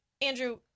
Andrew